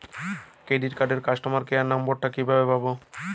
Credit কার্ডের customer care number টা কিভাবে পাবো?